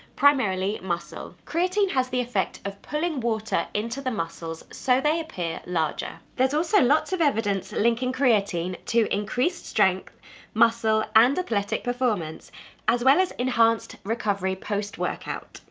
primarily muscle. creatine has the effect of pulling water into the muscles, so they appear larger there's also lots of evidence linking creatine to increased strength muscle and athletic performance as well as enhanced recovery post-workout.